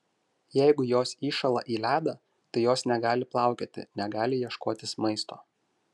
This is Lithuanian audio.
jeigu jos įšąla į ledą tai jos negali plaukioti negali ieškotis maisto